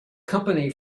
company